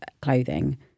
clothing